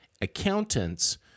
accountants